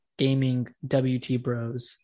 GamingWTBros